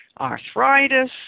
arthritis